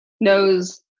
knows